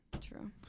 true